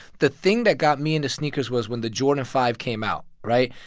the thing that got me into sneakers was when the jordan five came out, right?